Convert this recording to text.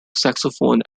saxophone